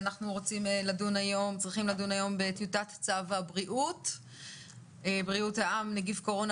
אנחנו צריכים לדון היום בטיוטת צו בריאות העם (נגיף הקורונה